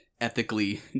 ethically